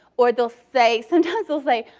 or they'll say sometimes they'll say,